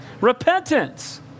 Repentance